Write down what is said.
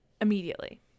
immediately